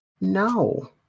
No